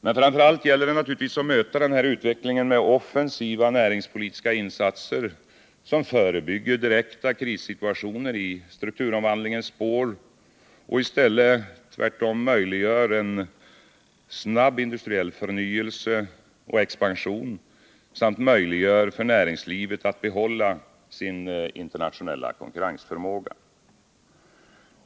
Men framför allt gäller det naturligtvis att möta denna utveckling med offensiva näringspolitiska insatser, som förebygger direkta krissituationer i strukturomvandlingens spår och i stället möjliggör en snabb industriell förnyelse och expansion samt möjliggör för näringslivet att behålla sin internationella konkurrensförmåga.